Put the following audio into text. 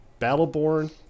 battleborn